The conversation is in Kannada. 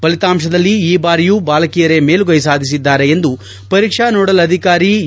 ಫಲಿತಾಂತದಲ್ಲಿ ಈ ಬಾರಿಯೂ ಬಾಲಕಿಯರೇ ಮೇಲುಗ್ವೆ ಸಾಧಿಸಿದ್ದಾರೆ ಎಂದು ಪರೀಕ್ಷಾ ನೋಡೆಲ್ ಅಧಿಕಾರಿ ಎ